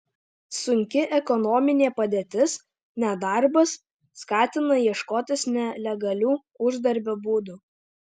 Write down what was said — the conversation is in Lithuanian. sunki ekonominė padėtis nedarbas skatina ieškotis nelegalių uždarbio būdų